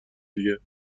دیگه